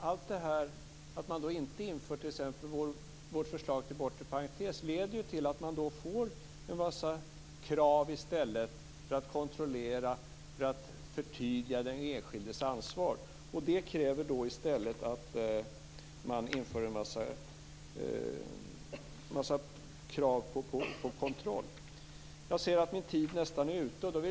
Allt det här och att man t.ex. inte inför vårt förslag om bortre parentes leder till att det blir en massa krav på kontroll i stället för att man förtydligar den enskildes ansvar. Detta kräver att man inför krav på kontroll. Jag ser att min talartid nästan är ute.